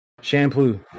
Shampoo